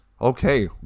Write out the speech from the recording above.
Okay